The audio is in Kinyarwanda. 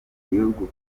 igihugu